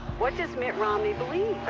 what does mitt romney believe?